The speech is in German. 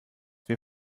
wir